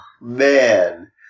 man